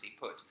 put